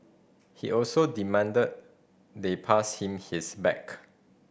he also demanded they pass him his bag